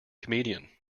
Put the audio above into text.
comedian